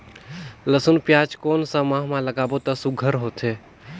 लसुन पियाज कोन सा माह म लागाबो त सुघ्घर होथे?